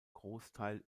großteil